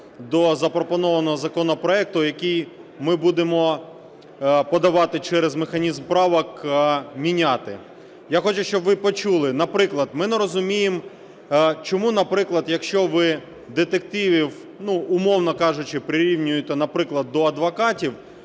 до запропонованого законопроекту, який ми будемо подавати через механізм правок, міняти. Я хочу, щоб ви почули. Наприклад, ми не розуміємо, чому, наприклад, якщо ви детективів, умовно кажучи, прирівнюєте, наприклад, до адвокатів,